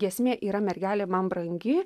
giesmė yra mergelė man brangi